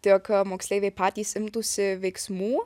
tai jog moksleiviai patys imtųsi veiksmų